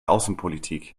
außenpolitik